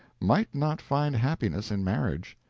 might not find happiness in marriage.